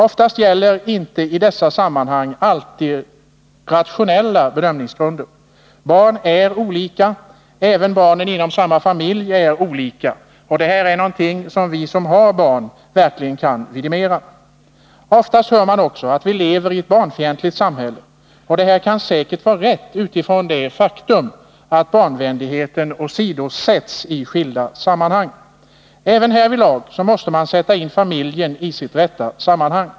I dessa sammanhang gäller inte alltid rationella bedömningsgrunder. Barn är olika, och även barnen inom samma familj är olika — det är något som vi som har barn verkligen kan vidimera. Oftast hör man också att vi lever i ett barnfientligt samhälle, och detta kan säkert vara rätt, om man utgår från det faktum att barnvänligheten åsidosätts i skilda hänseenden. Även härvidlag måste man sätta in familjen i sitt rätta sammanhang.